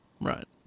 Right